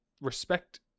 respect